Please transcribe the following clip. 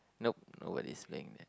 nope nobody is playing there